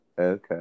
Okay